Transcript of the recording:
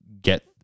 get